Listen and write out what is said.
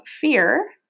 fear